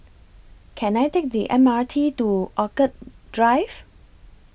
Can I Take The M R T to Orchid Drive